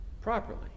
properly